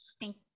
Thank